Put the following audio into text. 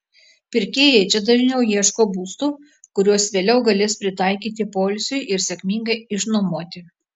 pirkėjai čia dažniau ieško būstų kuriuos vėliau galės pritaikyti poilsiui ir sėkmingai išnuomoti